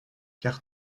car